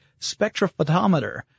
spectrophotometer